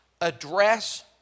address